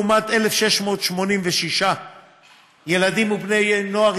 לעומת 1,686 ילדים ובני נוער,